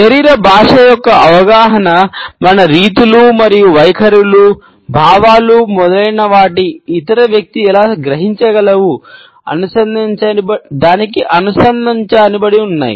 శరీర భాష యొక్క అవగాహన మన రీతులు మరియు వైఖరులు భావాలు మొదలైనవి ఇతర వ్యక్తి ఎలా గ్రహించగలవు అనుసంధానించబడి ఉన్నాయి